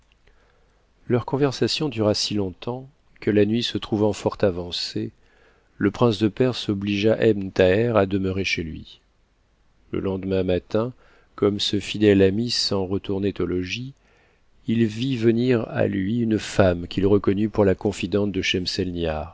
leur conversation dura si longtemps que la nuit se trouvant fort avancée le prince de perse obligea ebn thaber à demeurer chez lui le lendemain matin comme ce fidèle ami s'en retournait au logis il vit venir à lui une femme qu'il reconnut pour la confidente de